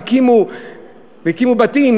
והקימו בתים,